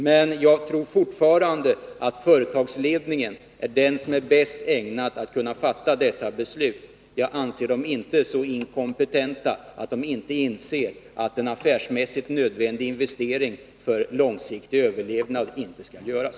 Men jag tror fortfarande att företagsledningen är den som är bäst ägnad att kunna fatta dessa beslut. Jag anser inte att den är så inkompetent att den inte inser att en affärsmässigt nödvändig investering för långsiktig överlevnad måste göras.